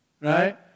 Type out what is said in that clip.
right